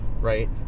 right